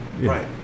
Right